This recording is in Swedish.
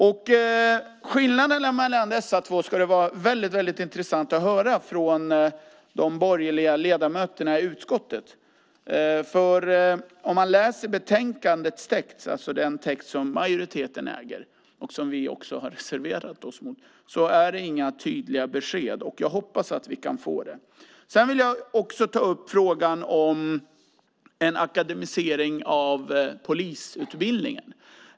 Det skulle vara intressant att höra de borgerliga ledamöterna i utskottet redogöra för skillnaderna mellan dessa båda. I betänkandet - den text som majoriteten äger och som vi har reserverat oss mot - är det inga tydliga besked. Jag hoppas att vi kan få det. Jag vill också ta upp frågan om akademisering av polisutbildningen.